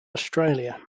australia